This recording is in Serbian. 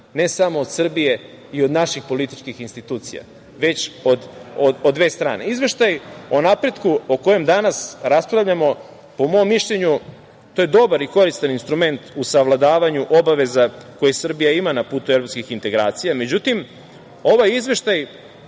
ne samo od Srbije i naših političkih institucija, već od dve strane. Izveštaj o napretku, o kojem danas raspravljamo, po mom mišljenju, to je dobar i koristan instrument u savladavanju obaveza koje Srbija ima na putu evropskih integracija. Međutim, ovaj izveštaj